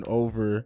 over